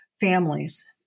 families